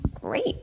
great